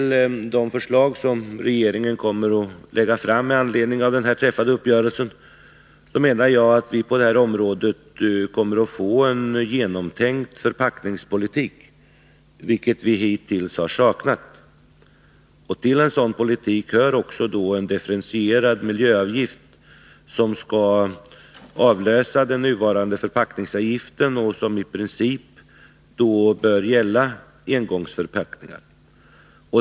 lägga fram med anledning av den träffade uppgörelsen, så anser jag att vi på Om tidpunkten detta område kommer att få en genomtänkt förpackningspolitik, något som för förslag till vi hittills saknat. Till en sådan politik hör också en differentierad miljöavgift, riksdagen rörande som skall avlösa den nuvarande förpackningsavgiften och som i princip bör dryckesförpack gälla engångsförpackningar.